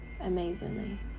amazingly